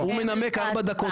הוא מנמק עכשיו במשך ארבע דקות.